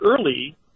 early